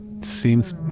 Seems